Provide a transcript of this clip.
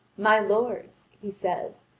my lords, he says,